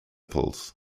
pills